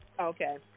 Okay